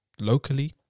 Locally